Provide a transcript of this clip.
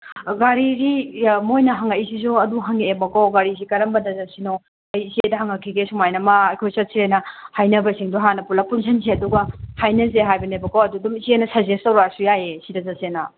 ꯒꯥꯔꯤꯗꯤ ꯃꯣꯏꯅ ꯍꯪꯉꯛꯏꯁꯤꯁꯨ ꯑꯗꯨ ꯍꯪꯉꯛꯑꯦꯕꯀꯣ ꯒꯥꯔꯤꯁꯤ ꯀꯔꯝꯕꯗ ꯆꯠꯁꯤꯅꯣ ꯑꯩ ꯏꯆꯦꯗ ꯍꯪꯉꯛꯈꯤꯒꯦ ꯁꯨꯃꯥꯏꯅ ꯃꯥ ꯑꯩꯈꯣꯏ ꯆꯠꯁꯦꯅ ꯍꯥꯏꯅꯕꯁꯤꯡꯗꯣ ꯍꯥꯟꯅ ꯄꯨꯂꯞ ꯄꯨꯟꯁꯤꯟꯁꯦ ꯑꯗꯨꯒ ꯍꯥꯏꯅꯁꯦ ꯍꯥꯏꯕꯅꯦꯕꯀꯣ ꯑꯗꯨ ꯑꯗꯨꯝ ꯏꯆꯦꯅ ꯁꯖꯦꯁ ꯇꯧꯔꯛꯑꯁꯨ ꯌꯥꯏꯌꯦ ꯁꯤꯗ ꯆꯠꯁꯦꯅ